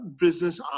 business